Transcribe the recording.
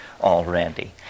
already